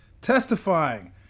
testifying